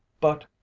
But